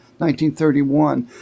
1931